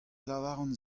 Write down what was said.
lavaran